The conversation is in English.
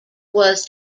was